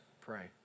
pray